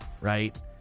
right